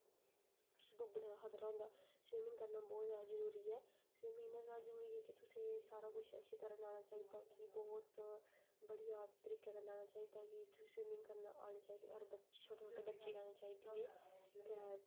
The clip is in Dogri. उसी डुब्बने दा खतरा होंदा स्विमिंग करना बहोत जादा जरूरी ऐ स्विमिंग इ'न्ना जादा जरूरी ऐ कि तुसें सारा कुछ अच्छी तरह कन्नै आना चाहिदा कि बहूत बढ़िया तरीके कन्नै आना चाहिदा कि तुस स्विमिंग करना आनी चाहिदी हर बच्चे गी छोटे छोटे बच्चे गी आना चाहिदी ऐ ते